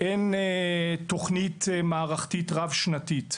אין תוכנית מערכתית רב שנתית.